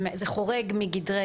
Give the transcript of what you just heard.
זה חורג מגדרי